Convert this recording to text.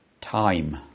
time